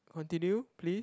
continue please